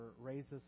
raises